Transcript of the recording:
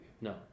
No